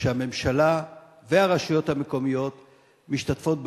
שהממשלה והרשויות המקומיות משתתפות בהם,